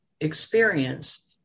Experience